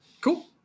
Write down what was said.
Cool